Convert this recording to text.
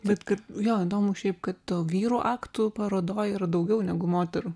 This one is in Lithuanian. bet kad jo įdomu šiaip kad tų vyrų aktų parodoj yra daugiau negu moterų